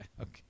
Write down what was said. okay